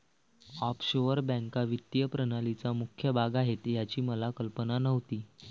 offshore बँका वित्तीय प्रणालीचा मुख्य भाग आहेत याची मला कल्पना नव्हती